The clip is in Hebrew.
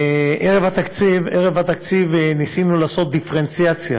ערב התקציב ניסינו לעשות דיפרנציאציה